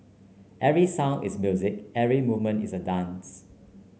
every sound is music every movement is a dance